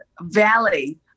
valley